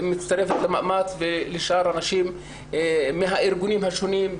שמצטרפת למאמץ ולשאר האנשים מן הארגונים השונים,